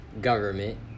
government